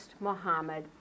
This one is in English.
Muhammad